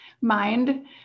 mind